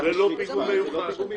זה לא פיגום מיוחד.